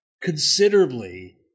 considerably